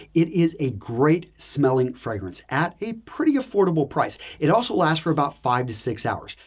it is a great smelling fragrance at a pretty affordable price. it also lasts for about five to six hours.